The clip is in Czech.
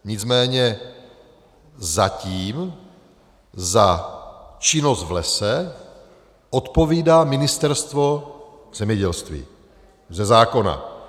Nicméně zatím za činnost v lese odpovídá Ministerstvo zemědělství ze zákona.